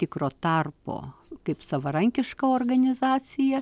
tikro tarpo kaip savarankiška organizacija